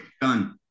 done